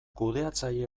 kudeatzaile